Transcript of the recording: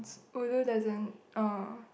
ulu doesn't uh